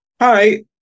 Hi